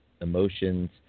emotions